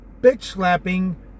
bitch-slapping